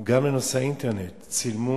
גם לנושא האינטרנט, צילמו